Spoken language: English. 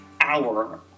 hour